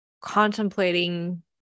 contemplating